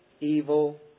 evil